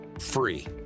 free